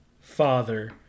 father